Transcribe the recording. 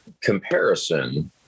comparison